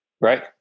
Right